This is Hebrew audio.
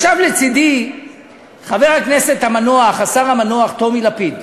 ישב לצדי חבר הכנסת המנוח, השר המנוח, טומי לפיד,